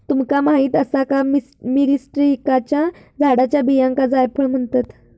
तुमका माहीत आसा का, मिरीस्टिकाच्या झाडाच्या बियांका जायफळ म्हणतत?